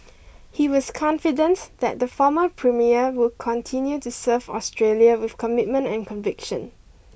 he was confident that the former premier will continue to serve Australia with commitment and conviction